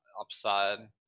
upside